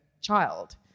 child